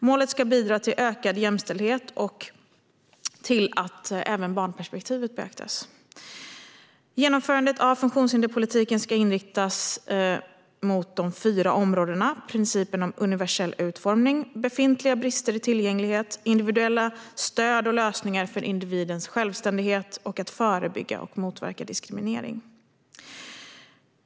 Målet ska bidra till ökad jämställdhet och till att barnrättsperspektivet beaktas. Genomförandet av funktionshinderspolitiken ska riktas mot dessa fyra områden: principen om universell utformning, befintliga brister i tillgänglighet, individuella stöd och lösningar för individens självständighet och att förebygga och motverka diskriminering.